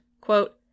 quote